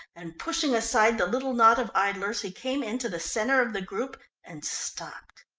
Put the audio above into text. and pushing aside the little knot of idlers, he came into the centre of the group and stopped.